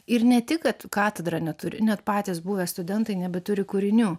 ir ne tik kad katedra neturi net patys buvę studentai nebeturi kūrinių